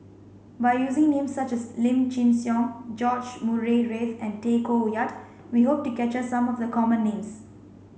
by using names such as Lim Chin Siong George Murray Reith and Tay Koh Yat we hope to capture some of the common names